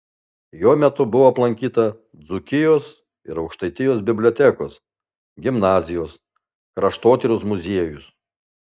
jo metu buvo aplankyta dzūkijos ir aukštaitijos bibliotekos gimnazijos kraštotyros muziejus